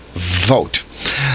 Vote